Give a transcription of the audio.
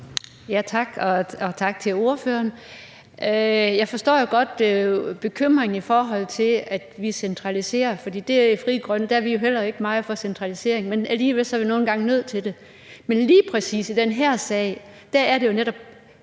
Tak, og tak til ordføreren. Jeg forstår jo godt bekymringen, i forhold til at vi centraliserer, for i Frie Grønne er vi jo heller ikke meget for centralisering, men alligevel er vi nogle gange nødt til det. Men lige præcis i den her sag er det jo netop